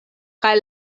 kaj